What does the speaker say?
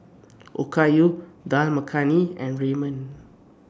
Okayu Dal Makhani and Ramen